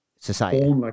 society